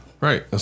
Right